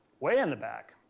way in the back.